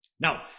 Now